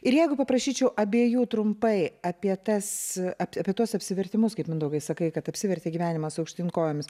ir jeigu paprašyčiau abiejų trumpai apie tas apie tuos apsivertimus kaip mindaugai sakai kad apsivertė gyvenimas aukštyn kojomis